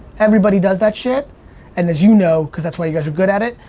everybody does that ship and as you know. because that why you guys are good at it.